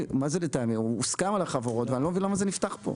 הוא הוסכם על החברות ואני לא מבין למה זה נפתח פה.